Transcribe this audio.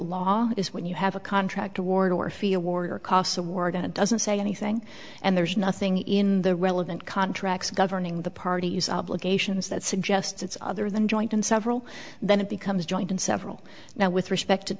law is when you have a contract award or feel or your costs awarded it doesn't say anything and there's nothing in the relevant contracts governing the parties obligations that suggests it's other than joint and several then it becomes joint and several now with respect to